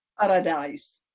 paradise